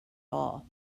all